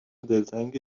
دلتنگ